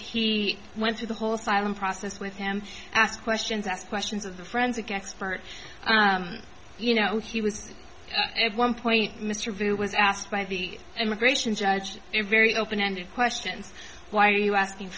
he went through the whole asylum process with him asked questions asked questions of the forensic expert you know he was at one point mr vaile was asked by the immigration judge a very open ended questions why are you asking